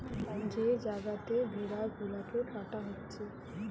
যে জাগাতে ভেড়া গুলাকে কাটা হচ্ছে